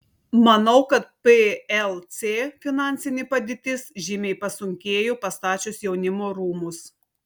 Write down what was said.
manau kad plc finansinė padėtis žymiai pasunkėjo pastačius jaunimo rūmus